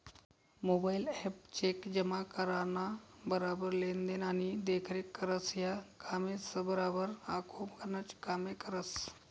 mobile app cheque जमा कराना बराबर लेन देन आणि देखरेख करस, या कामेसबराबर आखो गनच कामे करस